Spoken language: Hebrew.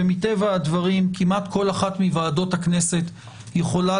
ומטבע הדברים כמעט כל אחת מוועדות הכנסת יכולה